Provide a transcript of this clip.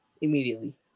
immediately